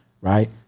right